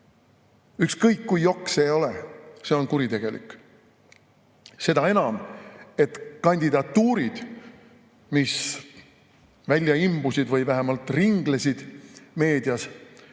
Ükskõik kui jokk see ei ole, see on kuritegelik. Seda enam, et kandidaadid, kes välja imbusid või vähemalt ringlesid meedias,